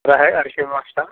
रहय आरके व्यवस्था